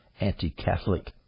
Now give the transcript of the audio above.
anti-Catholic